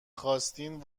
خواستین